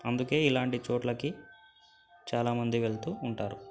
అందుకే ఇలాంటి చోట్లకి చాలా మంది వెళుతు ఉంటారు